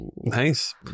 nice